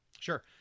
Sure